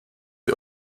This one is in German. ihr